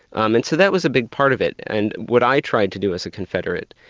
um and so that was a big part of it, and what i tried to do as a confederate,